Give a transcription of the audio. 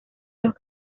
los